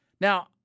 Now